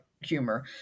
humor